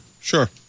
sure